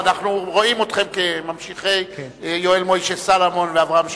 אנחנו רואים אתכם כממשיכי יואל משה סלומון ואברהם שפירא.